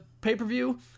pay-per-view